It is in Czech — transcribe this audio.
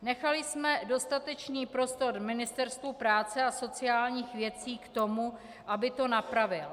Nechali jsme dostatečný prostor Ministerstvu práce a sociálních věcí k tomu, aby to napravilo.